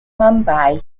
mumbai